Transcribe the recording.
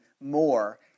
more